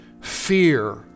fear